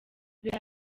reta